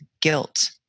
guilt